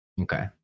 Okay